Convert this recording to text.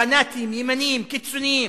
פנאטיים, ימניים, קיצוניים,